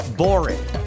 boring